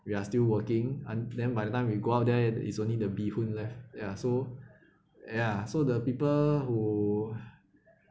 we are still working and then by the time we go out there it's only the bihun left ya so ya so the people who